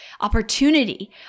opportunity